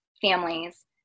families